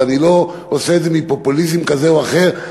ואני לא עושה את זה מפופוליזם כזה או אחר,